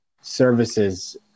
services